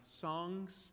songs